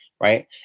right